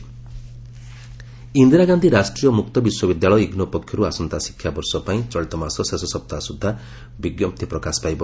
ନାମଲେଖା ଇନ୍ଦରା ଗାନ୍ଧି ରାଷ୍ଟ୍ରୀୟ ମୁକ୍ତ ବିଶ୍ୱବିଦ୍ୟାଳୟ ଇଗ୍ନୋ ପକ୍ଷରୁ ଆସନ୍ତା ଶିକ୍ଷାବର୍ଷ ପାଇଁ ଚଳିତ ମାସ ଶେଷ ସପ୍ତାହ ସୁବ୍ଧା ବିଙ୍କପ୍ତି ପ୍ରକାଶ ପାଇବ